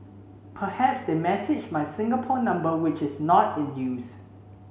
perhaps they messaged my Singapore number which is not in use